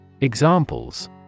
Examples